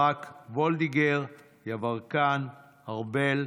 ברק, וולדיגר, יברקן, ארבל,